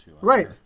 Right